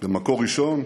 ב"מקור ראשון"?